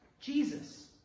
Jesus